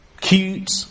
cute